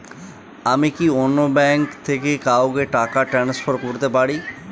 আমি কি অন্য ব্যাঙ্ক থেকে কাউকে টাকা ট্রান্সফার করতে পারি?